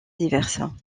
diverses